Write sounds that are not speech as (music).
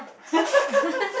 (laughs)